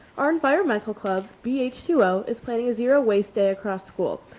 our environmental club v h two o is planning a zero waste ah across school.